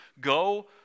go